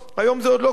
היום זה עוד לא קרה.